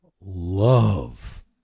love